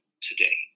today